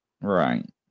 Right